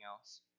else